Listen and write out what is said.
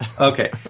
okay